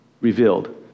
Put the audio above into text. revealed